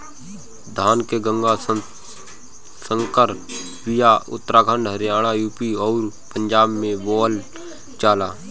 धान के गंगा संकर बिया उत्तराखंड हरियाणा, यू.पी अउरी पंजाब में बोअल जाला